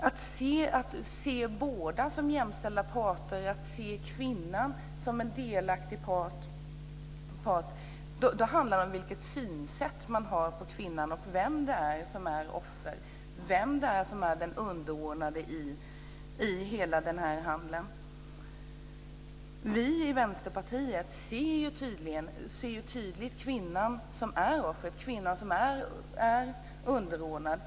Att se dessa som jämställda parter, att se kvinnan som en delaktig part handlar om vilken syn man har på kvinnan och på vem det är som är offer, vem det är som är den underordnade i hela den här handeln. Vi i Vänsterpartiet ser tydligt kvinnan som offer, kvinnan som underordnad.